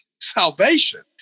salvation